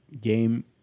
game